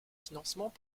financements